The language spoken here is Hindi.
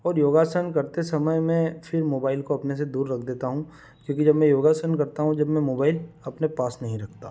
और योगासन करते समय मैं फिर मोबाइल को अपने से दूर रख देता हूँ क्योंकि जब मैं योगासन करता हूँ जब मैं मोबाइल अपने पास नहीं रखता